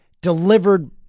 delivered